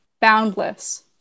boundless